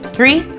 Three